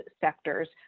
sectors